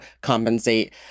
compensate